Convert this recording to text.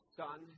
son